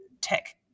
tech